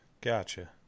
Gotcha